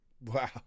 Wow